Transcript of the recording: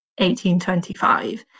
1825